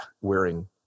wearing